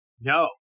No